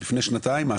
לפני שנתיים,